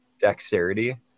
Dexterity